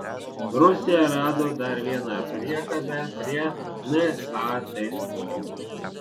rusija rado dar vieną priekabę prie nato